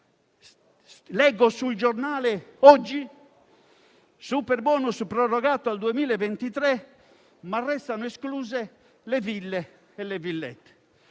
Leggo sul giornale oggi che il superbonus è prorogato al 2023, ma restano escluse le ville e le villette.